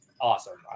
awesome